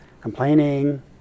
complaining